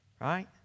right